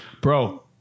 bro